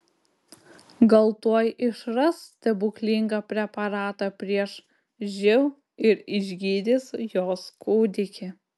gal tuoj išras stebuklingą preparatą prieš živ ir išgydys jos kūdikį